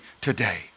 today